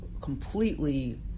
completely